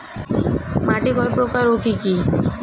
মাটি কয় প্রকার ও কি কি?